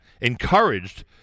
encouraged